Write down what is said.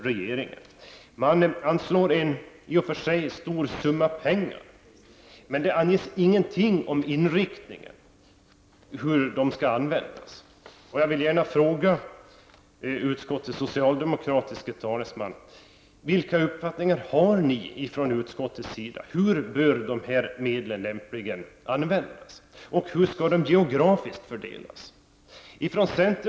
Regeringen anslår i och för sig en stor summa pengar, men det anges ingenting om hur pengarna skall användas, vilken inriktning som skall gälla. Jag vill gärna fråga utskottets socialdemokratiske talesman: Vilka uppfattningar har ni från utskottets sida? Hur bör de här medlen lämpligen användas och hur skall de fördelas geografiskt?